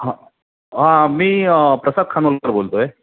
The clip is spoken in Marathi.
हां मी प्रसाद खानोलवर बोलतो आहे